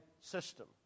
system